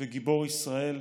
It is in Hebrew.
וגיבור ישראל,